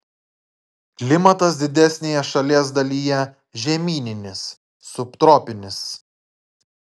klimatas didesnėje šalies dalyje žemyninis subtropinis